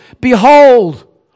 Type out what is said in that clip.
Behold